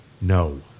No